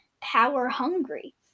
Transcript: power-hungry